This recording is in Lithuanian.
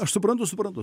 aš suprantu suprantu